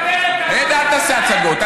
מי אמר, רגע, אל תעשה הצגות.